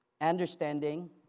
understanding